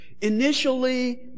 Initially